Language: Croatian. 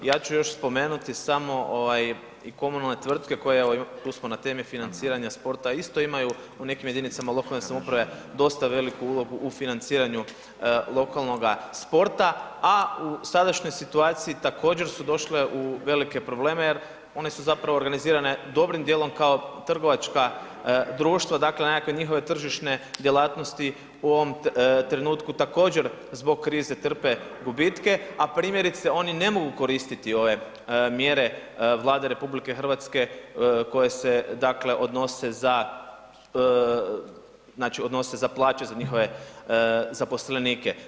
Ja ću još spomenuti samo i komunalne tvrtke, tu smo na temi financiranja sporta isto imaju u nekim jedinicama lokalne samouprave dosta veliku ulogu u financiranju lokalnoga sporta, a u sadašnjoj situaciji također su došle u velike probleme jer one su zapravo organizirane dobrim dijelom kao trgovačka društva, dakle nekakve njihove tržišne djelatnosti u ovom trenutku također zbog trpe gubitke, a primjerice oni ne mogu koristiti ove mjere Vlade RH koje se odnose za plaće za njihove zaposlenike.